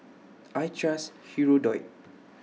I Trust Hirudoid